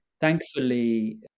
thankfully